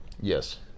Yes